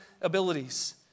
abilities